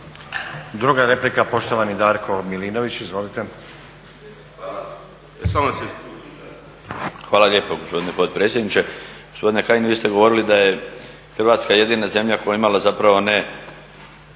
Druga replika, poštovani Darko Milinović. Izvolite. **Milinović, Darko (HDZ)** Hvala lijepo gospodine potpredsjedniče. Gospodine Kajin, vi ste govorili da je Hrvatska jedina zemlja koja je imala zapravo ne